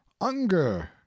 unger